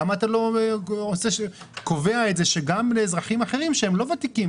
למה אתה לא קובע את זה שגם לאזרחים אחרים שהם לא ותיקים,